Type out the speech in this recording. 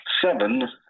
seven